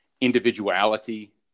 individuality